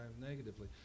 negatively